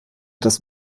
das